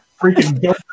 Freaking